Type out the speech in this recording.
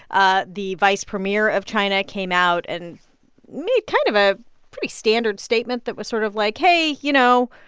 ah the vice premier of china came out and made kind of a pretty standard statement that was sort of like, hey, you know,